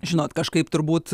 žinot kažkaip turbūt